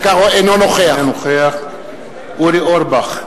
אינו נוכח אורי אורבך,